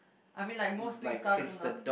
I mean like most things started from nothing